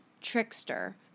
trickster